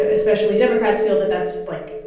ah especially democrats, feel that that's, like,